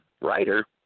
writer